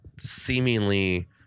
seemingly